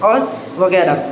اور وغیرہ